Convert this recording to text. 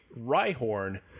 Rhyhorn